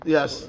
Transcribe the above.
Yes